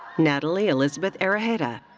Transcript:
natali elizabeth iraheta.